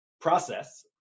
process